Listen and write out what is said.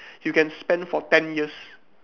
you can spend for ten years